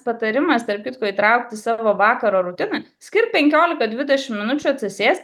patarimas tarp kitko įtraukt į savo vakaro rutiną skirt penkiolika dvidešim minučių atsisėst